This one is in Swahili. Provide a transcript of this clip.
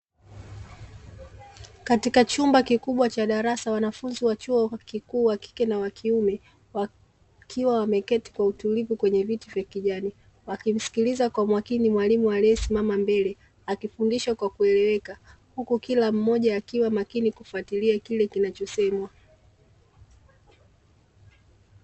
Katika chumba kikubwa cha darasa wanafunzi wa chuo kikuu wakike na wakiume wakiwa wameketi kwa utulivu kwenye viti vya kijani, wakimsikiliza kwa umakini mwalimu aliyesimama mbele akifundisha kwa kueleweka, huku kila mmoja akiwa makini kufuatilia kile kinachosemwa.